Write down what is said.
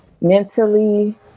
mentally